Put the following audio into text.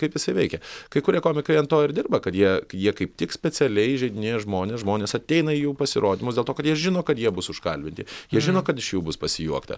kaip isai veikia kai kurie komikai ant to ir dirba kad jie jie kaip tik specialiai įžeidinėja žmone žmonės ateina į jų pasirodymus dėl to kad jie žino kad jie bus užkalbinti jie žino kad iš jų bus pasijuokta